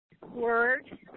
word